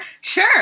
sure